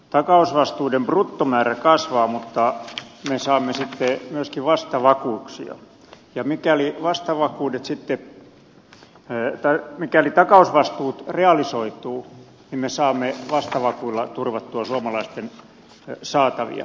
takausvastuiden bruttomäärä kasvaa mutta me saamme sitten myöskin vastavakuuksia ja mikäli takausvastuut realisoituvat me saamme vastavakuilla turvattua suomalaisten saatavia